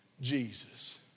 Jesus